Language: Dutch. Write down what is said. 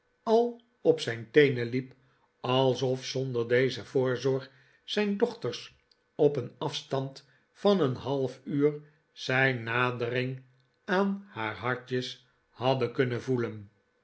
al op zijn teenen hep alsof zonder deze voorzorg zijn dochters op een afstand van een half uur zijn nadering aan haar hartjes hadden kunnen voelen